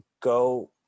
go